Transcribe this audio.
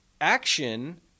action